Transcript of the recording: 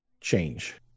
change